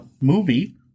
movie